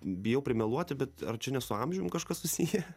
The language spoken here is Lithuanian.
bijau primeluoti bet ar čia ne su amžium kažkas susiję